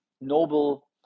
noble